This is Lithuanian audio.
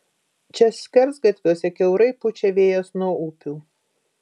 čia skersgatviuose kiaurai pučia vėjas nuo upių